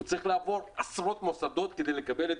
הוא צריך לעבור עשרות מוסדות כדי לקבל את